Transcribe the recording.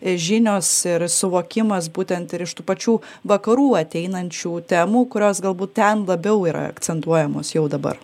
žinios ir suvokimas būtent ir iš tų pačių vakarų ateinančių temų kurios galbūt ten labiau yra akcentuojamos jau dabar